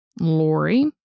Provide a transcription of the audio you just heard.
Lori